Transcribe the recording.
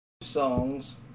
...songs